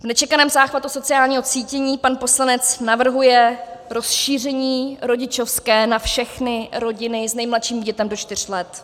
V nečekaném záchvatu sociálního cítění pan poslanec navrhuje rozšíření rodičovské na všechny rodiny s nejmladším dítětem do čtyř let.